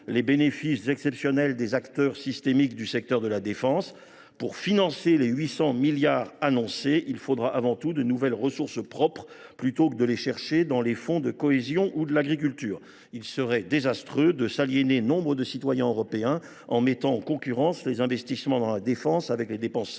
les bénéfices exceptionnels des acteurs systémiques du secteur de la défense. Pour financer le plan de 800 milliards d’euros annoncé, il faudra avant tout créer de nouvelles ressources propres plutôt que de chercher ces sommes dans les fonds de cohésion ou dans ceux de la politique agricole. Il serait désastreux de s’aliéner nombre de citoyens européens en mettant en concurrence les investissements dans la défense avec les dépenses sociales,